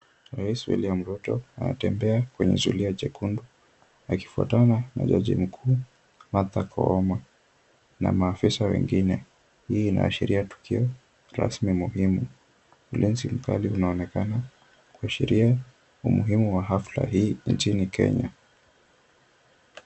Rais William Ruto anatembea kwenye zulia jekundu akifuatana na jaji mkuu Martha Koome na maafisa wengine. Hii inaashiria tukio rasmi muhimu. Ulinzi mkali unaonekana kuashiria umuhimu wa hafla hii nchini Kenya.